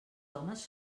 homes